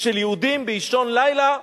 של יהודים באישון לילה,